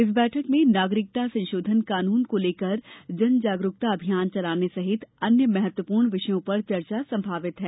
इस बैठक में नागरिकता संशोधन कानून को लेकर जन जागरूकता अभियान चलाने सहित अन्य महत्वपूर्ण विषयों पर चर्चा संभावित है